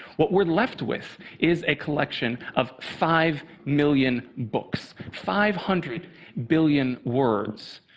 what we're left with is a collection of five million books, five hundred billion words,